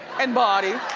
and body.